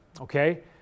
Okay